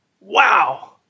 wow